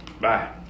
Bye